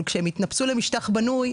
אבל כשהם התנפצו למשטח בנוי,